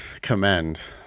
commend